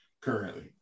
currently